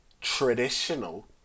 traditional